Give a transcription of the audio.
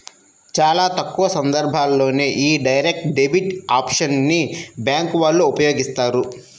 చాలా తక్కువ సందర్భాల్లోనే యీ డైరెక్ట్ డెబిట్ ఆప్షన్ ని బ్యేంకు వాళ్ళు ఉపయోగిత్తారు